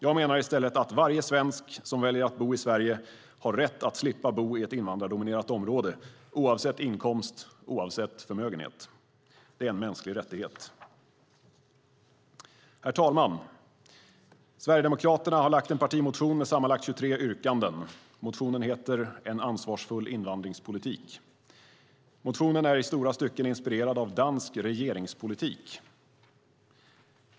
Jag menar i stället att varje svensk som väljer att bo i Sverige har rätt att slippa bo i ett invandrardominerat område, oavsett inkomst och oavsett förmögenhet. Det är en mänsklig rättighet. Herr talman! Sverigedemokraterna har en partimotion med sammanlagt 23 yrkanden. Motionen heter En ansvarsfull invandringspolitik och är i stora stycken inspirerad av dansk regeringspolitik.